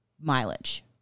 mileage